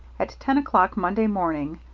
at ten o'clock monday morning,